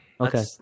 okay